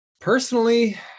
Personally